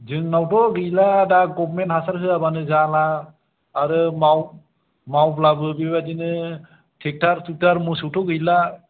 जोंनावथ' गैला दा गभमेन्ट हासार होयाबानो जाला आरो माव मावब्लाबो बेबायदिनो ट्रेक्टर थुक्तार मोसौथ' गैला